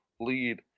lead